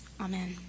Amen